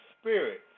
spirit